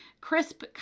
Crisp